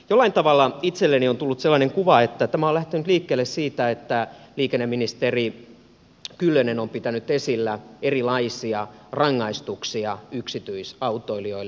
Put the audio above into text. jollain tavalla itselleni on tullut sellainen kuva että tämä on lähtenyt liikkeelle siitä että liikenneministeri kyllönen on pitänyt esillä erilaisia rangaistuksia yksityisautoilijoille